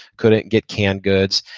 couldn't get canned goods,